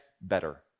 better